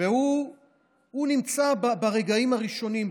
והוא נמצא ברגעים הראשונים,